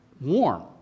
warm